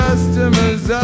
Customers